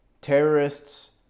Terrorists